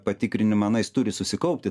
patikrinimą na jis turi susikaupti